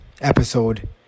episode